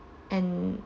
and